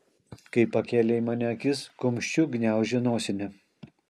kai pakėlė į mane akis kumščiu gniaužė nosinę